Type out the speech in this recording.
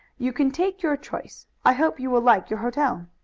you can take your choice. i hope you will like your hotel.